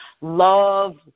love